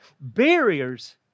barriers